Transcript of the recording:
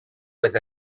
with